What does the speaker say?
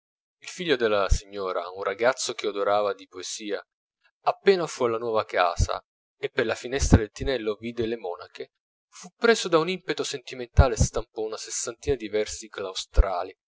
il figlio della signora un ragazzo che odorava di poesia appena fu alla nuova casa e per la finestra del tinello vide le monache fu preso da un impeto sentimentale e stampò una sessantina